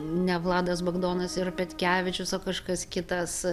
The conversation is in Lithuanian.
ne vladas bagdonas ir petkevičius o kažkas kitas